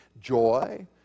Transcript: Joy